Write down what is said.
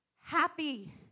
happy